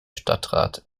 stadtrat